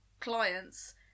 clients